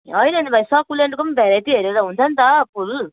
होइन होइन भाइ स्कुलेन्टको पनि भेराइटी हेरेर हुन्छ नि त फुल